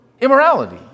immorality